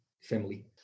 family